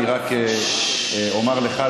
אני רק אומר לך,